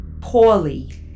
poorly